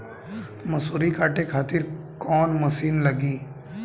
मसूरी काटे खातिर कोवन मसिन लागी?